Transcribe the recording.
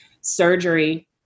surgery